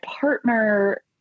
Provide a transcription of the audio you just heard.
partner